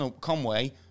Conway